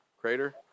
crater